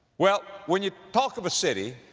well, when you talk of a city,